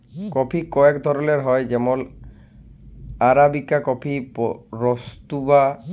coffee কয়েক ধরলের হ্যয় যেমল আরাবিকা কফি, রবুস্তা